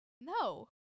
No